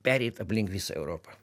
pereit aplink visą europą